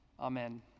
Amen